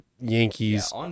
Yankees